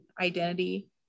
identity